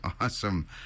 awesome